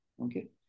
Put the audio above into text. Okay